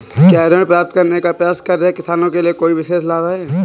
क्या ऋण प्राप्त करने का प्रयास कर रहे किसानों के लिए कोई विशेष लाभ हैं?